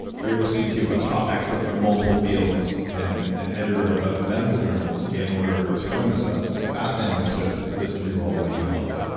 you're listening to a top expert from multiple fields and and editor of medical journals in order to learn this stuff. it's a fascinating episode. listen through all the way. you'll love it.